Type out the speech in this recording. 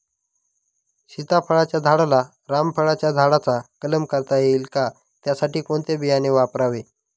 सीताफळाच्या झाडाला रामफळाच्या झाडाचा कलम करता येईल का, त्यासाठी कोणते बियाणे वापरावे?